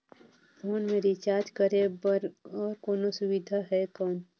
Phone मे recharge करे बर और कोनो सुविधा है कौन?